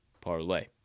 Parlay